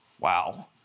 Wow